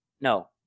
no